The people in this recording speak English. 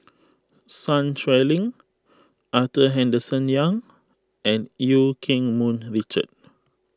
Sun Xueling Arthur Henderson Young and Eu Keng Mun Richard